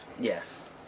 Yes